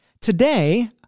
Today